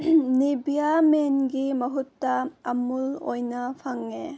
ꯅꯦꯚꯤꯌꯥꯃꯦꯟꯒꯤ ꯃꯍꯨꯠꯇ ꯑꯃꯨꯜ ꯑꯣꯏꯅ ꯐꯪꯉꯦ